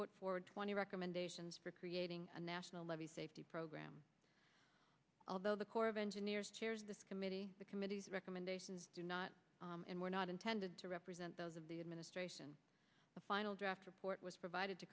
put forward twenty recommendations for creating a national level safety program although the corps of engineers chairs the committee the committee's recommendations do not and were not intended to represent those of the administration the final draft report was provided to